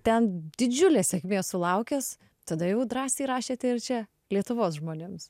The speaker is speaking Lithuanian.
ten didžiulės sėkmės sulaukęs tada jau drąsiai rašėte ir čia lietuvos žmonėms